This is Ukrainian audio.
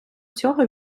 цього